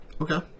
Okay